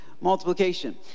multiplication